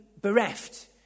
bereft